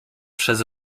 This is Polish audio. przez